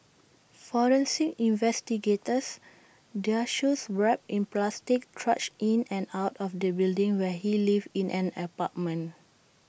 forensic investigators their shoes wrapped in plastic trudged in and out of the building where he lived in an apartment